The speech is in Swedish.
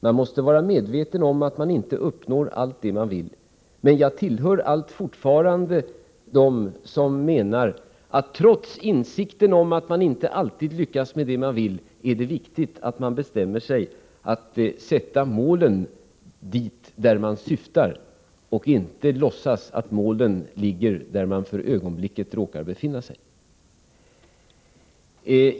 Man måste vara medveten om att man inte uppnår allt det som man vill uppnå. Men jag tillhör fortfarande dem som menar att trots insikten om att man inte alltid lyckas med det man vill, är det viktigt att man bestämmer sig att sätta målen där man syftar till att sätta dem och inte låtsas att målen ligger där man för ögonblicket råkar befinna sig.